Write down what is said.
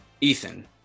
ethan